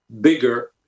bigger